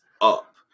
up